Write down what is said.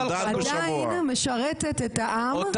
עדיין משרתת את העם ואת הדמוקרטיה.